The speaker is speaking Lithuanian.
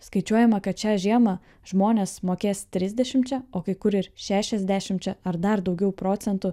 skaičiuojama kad šią žiemą žmonės mokės trisdešimčia o kai kur ir šešiasdešimčia ar dar daugiau procentų